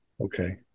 Okay